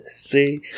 See